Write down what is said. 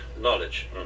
knowledge